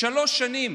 שלוש שנים